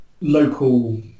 local